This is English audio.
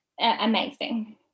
amazing